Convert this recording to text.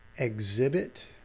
exhibit